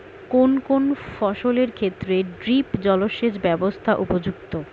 কোন কোন ফসলের ক্ষেত্রে ড্রিপ জলসেচ ব্যবস্থা উপযুক্ত?